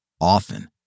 Often